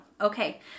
Okay